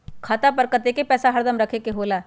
खाता पर कतेक पैसा हरदम रखखे के होला?